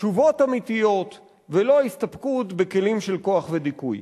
תשובות אמיתיות, ולא הסתפקות בכלים של כוח ודיכוי.